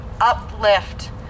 uplift